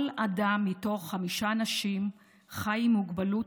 כל אדם מתוך חמישה אנשים חי עם מוגבלות